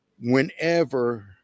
Whenever